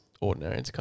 ordinary